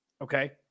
Okay